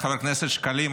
חבר הכנסת שקלים,